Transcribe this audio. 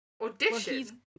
Audition